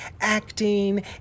acting